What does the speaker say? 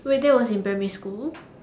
wait that was in primary school